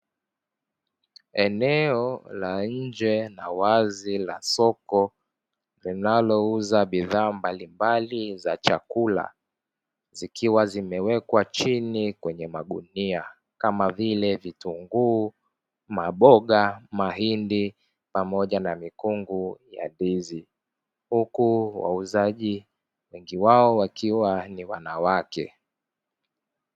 Eneo la nje na wazi la soko linalouza bidhaa mbalimbali za chakula zikiwa zimewekwa chini kwenye magunia kama vile: vitunguu, maboga, mahindi pamoja na mikungu ya ndizi huku wauzaji wengi wao wakiwa ni wanawake.